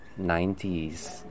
90s